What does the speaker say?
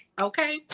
okay